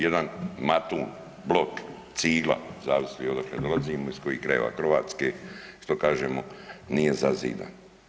Jedan matun, blok, cigla zavisi odakle dolazimo iz kojih krajeva Hrvatske što kažemo nije zazidano.